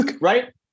Right